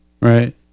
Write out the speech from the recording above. right